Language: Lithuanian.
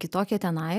kitokie tenai